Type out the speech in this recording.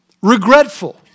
regretful